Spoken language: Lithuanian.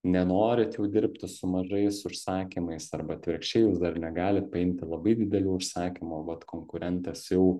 nenorit jau dirbti su mažais užsakymais arba atvirkščiai jūs dar negalit paimti labai didelių užsakymų o vat konkurentas jau